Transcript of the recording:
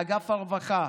באגף הרווחה,